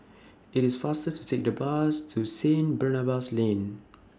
IT IS faster to Take The Bus to Stanit Barnabas Lane